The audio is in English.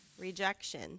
rejection